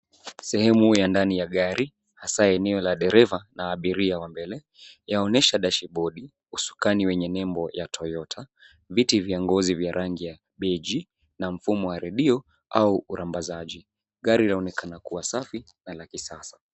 Sehemu ya ndani ya gari hasa eneo la dereva na abiria wa mbele. Yaonyesha dashibodi, usukani wenye nembo ya Toyota, viti vya ngozi vya rangi ya beige na mfumo wa redio au urambazaji. Gari laonekana kuwa safi na la kisasa.